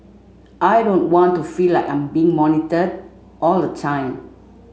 I don't want to feel like I'm being monitored all the time